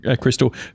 Crystal